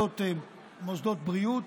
מוסדות בריאות,